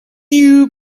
you